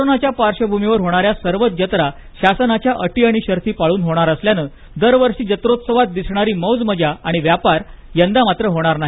कोरोनाच्या पार्श्वभूमीवर होणाऱ्या सर्वच जत्रा शासनाच्या अटी आणि शर्थी पळून होणार असल्यानं दरवर्षी जत्रोत्सवात दिसणारी मौज मजा आणि व्यापार मात्र यंदा होणार नाही